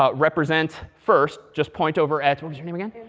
ah represent first. just point over at what was your name again?